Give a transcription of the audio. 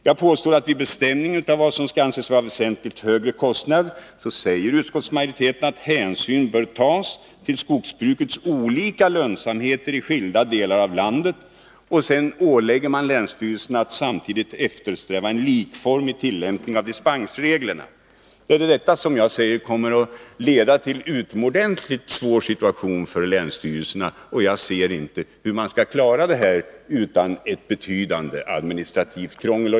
Jag påstod vidare att vid bestämningen av vad som skall anses vara väsentligt högre kostnad bör enligt utskottsmajoriteten hänsyn tas till skogsbrukets olika lönsamhet i skilda delar av landet. Länsstyrelserna åläggs dessutom att samtidigt eftersträva en likformig tillämpning av dispensreglerna. Det är detta som jag anser kommer att leda till en utomordentligt svår situation för länsstyrelserna. Jag ser inte hur de skall kunna klara detta utan ett betydande administrativt krångel.